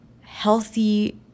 healthy